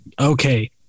okay